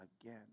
again